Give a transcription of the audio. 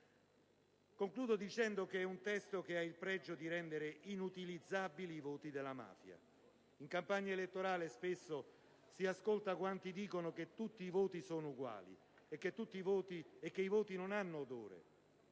Concludo dicendo che è un testo che ha il pregio di rendere inutilizzabili i voti della mafia. In campagna elettorale spesso si ascolta quanti dicono che tutti i voti sono uguali e che i voti non hanno odore.